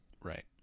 Right